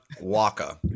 waka